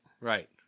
Right